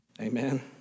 Amen